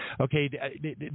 Okay